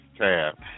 tab